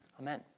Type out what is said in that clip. Amen